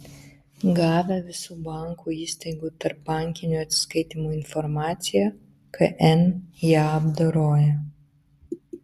gavę visų bankų įstaigų tarpbankinių atsiskaitymų informaciją kn ją apdoroja